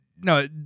no